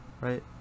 right